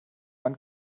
man